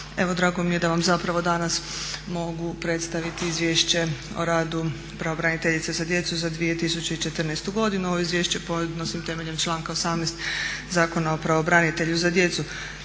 Evo drago mi je da vam zapravo danas mogu predstaviti Izvješće o radu pravobraniteljice za djecu za 2014. godinu. Ovo izvješće podnosim temeljem članka 18. Zakona o pravobranitelju za djecu.